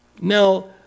Now